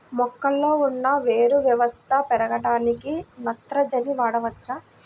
మొక్కలో ఉన్న వేరు వ్యవస్థ పెరగడానికి నత్రజని వాడవచ్చా?